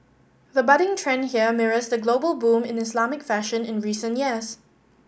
the budding trend here mirrors the global boom in Islamic fashion in recent years